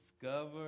Discover